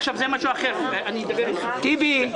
אחמד טיבי,